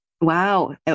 Wow